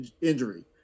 injury